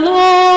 Lord